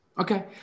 Okay